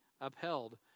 upheld